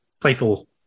playful